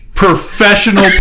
professional